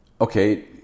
Okay